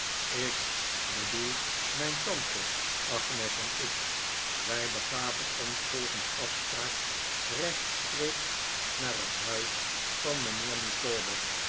ik bedoel mijn tante agnes en ik wij begaven ons volgens afspraak rechtstreeks naar het huis van mijnheer